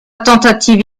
tentative